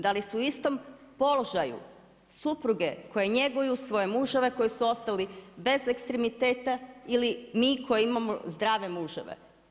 Da li su u istom položaju supruge koje njeguju svoje muževe koji su ostali bez ekstremiteta ili mi koji imamo zdrave muževe.